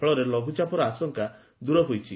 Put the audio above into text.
ଫଳରେ ଲଘୁଚାପର ଆଶଙ୍କା ଦୂର ହୋଇଛି